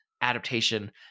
adaptation